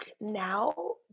now